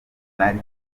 nari